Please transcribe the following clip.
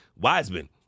Wiseman